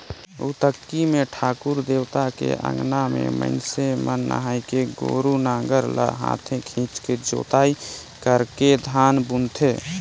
अक्ती मे ठाकुर देवता के अंगना में मइनसे मन नहायके गोरू नांगर ल हाथे खिंचके जोताई करके धान बुनथें